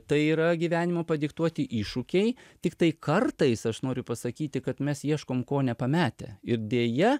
tai yra gyvenimo padiktuoti iššūkiai tiktai kartais aš noriu pasakyti kad mes ieškom ko nepametę ir deja